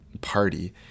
party